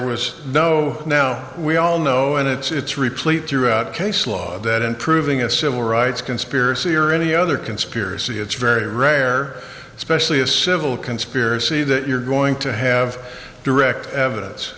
was no now we all know and it's replete throughout case law that in proving a civil rights conspiracy or any other conspiracy it's very rare especially a civil conspiracy that you're going to have direct evidence